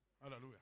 Hallelujah